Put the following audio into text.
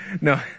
No